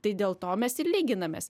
tai dėl to mes ir lyginamės